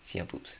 see your boobs